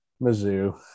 Mizzou